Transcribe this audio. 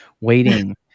waiting